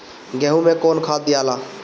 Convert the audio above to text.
गेहूं मे कौन खाद दियाला?